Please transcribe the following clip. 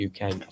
UK